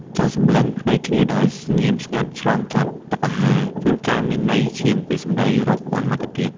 ការសម្លឹងភ្នែកគ្នាដោយស្ងៀមស្ងាត់ឆ្លងកាត់តុអាហារ ជួនកាលមានន័យជាងពាក្យសម្ដីរាប់ពាន់ម៉ាត់ទៅទៀត។